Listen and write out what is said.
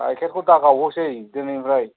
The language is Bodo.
गाइखेरखौ दा गावहोसै दोनैनिफ्राय